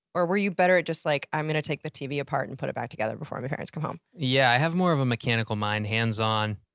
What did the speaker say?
or were you better at just like, i'm gonna take the tv apart and put it back together before my parents come home? yeah, i have more of a mechanical mind, hands on.